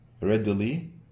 readily